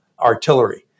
artillery